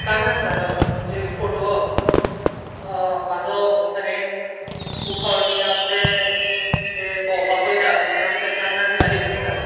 कानांत घालप म्हणजे फटोवप म्हजो फ्रेंड खूब फावटी आपले जे भोंवपाक वयता तें आमच्या कानांत घालीत आसता